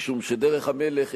שדרך המלך,